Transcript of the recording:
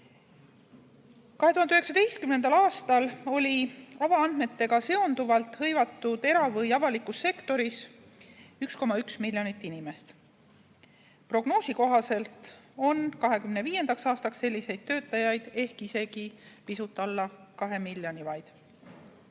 2019. aastal oli avaandmetega seonduvalt hõivatud era- või avalikus sektoris 1,1 miljonit inimest. Prognoosi kohaselt on 2025. aastaks selliseid töötajaid ehk vaid pisut alla kahe miljoni.